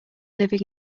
living